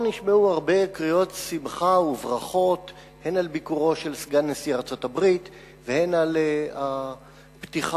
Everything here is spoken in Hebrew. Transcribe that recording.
הבא: ביקורו של סגן נשיא ארצות-הברית ג'ו ביידן,